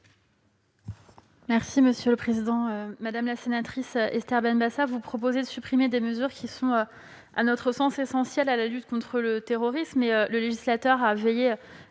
du Gouvernement ? Madame la sénatrice Esther Benbassa, vous proposez de supprimer des mesures qui sont, à notre sens, essentielles pour lutter contre le terrorisme. Le législateur a veillé